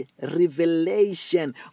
revelation